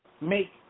make